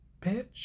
bitch